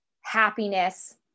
happiness